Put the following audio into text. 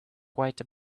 quite